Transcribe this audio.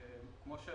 .